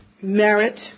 merit